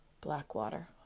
Blackwater